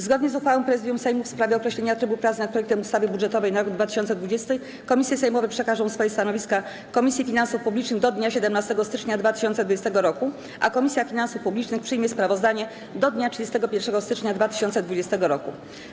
Zgodnie z uchwałą Prezydium Sejmu w sprawie określenia trybu prac nad projektem ustawy budżetowej na rok 2020 komisje sejmowe przekażą swoje stanowiska Komisji Finansów Publicznych do dnia 17 stycznia 2020 r., a Komisja Finansów Publicznych przyjmie sprawozdanie do dnia 31 stycznia 2020 r.